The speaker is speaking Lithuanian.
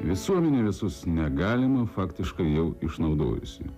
visuomenėje visus negalima faktiškai jau išnaudojusi